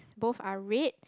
both are red